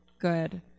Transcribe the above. good